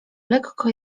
lekko